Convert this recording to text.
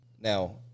Now –